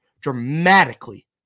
dramatically